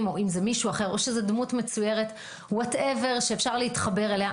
או מישהו אחר או דמות מצוירת שאפשר להתחבר אליה.